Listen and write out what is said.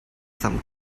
some